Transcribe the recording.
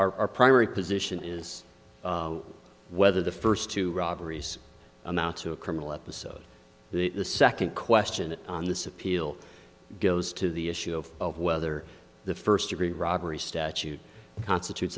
remarks our primary position is whether the first two robberies amount to a criminal episode the second question on this appeal goes to the issue of whether the first degree robbery statute constitutes